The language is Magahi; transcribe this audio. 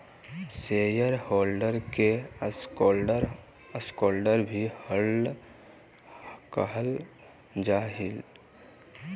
शेयर होल्डर के स्टॉकहोल्डर भी कहल जा हइ